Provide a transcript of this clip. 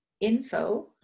info